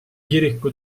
kiriku